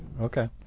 Okay